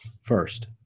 first